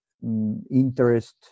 interest